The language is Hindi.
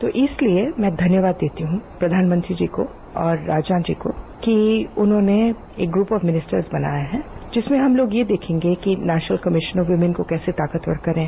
तो इसलिए मैं धन्यवाद देती हूं प्रधानमंत्री जी को और राजनाथ जी को कि उन्होंने एक ग्रुप ऑफ मिनिस्टर्स बनाया है जिसमें हम लोग ये देखेंगे कि नेशनल कमिशन ऑफ वुमैन को कैसे ताकतवर करें